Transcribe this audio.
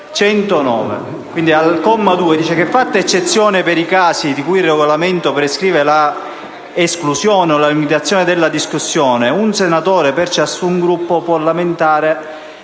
quest'Aula, al comma 2 si legge: «Fatta eccezione per i casi in cui il Regolamento prescrive la esclusione o la limitazione della discussione, un Senatore per ciascun Gruppo parlamentare